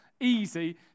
easy